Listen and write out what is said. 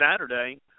Saturday